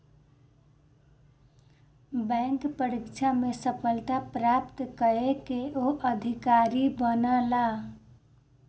bank परीक्षा में सफलता प्राप्त कय के ओ अधिकारी बनला